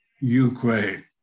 Ukraine